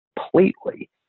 completely